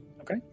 Okay